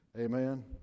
Amen